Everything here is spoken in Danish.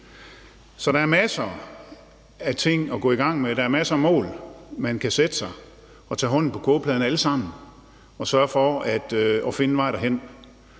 Så der er masser af ting at gå i gang med; der er masser af mål, man kan sætte sig, alle sammen, og lægge hånden på kogepladen i forhold til at sørge for at finde en vej derhen.